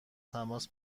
تماس